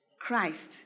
Christ